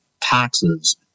taxes